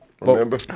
Remember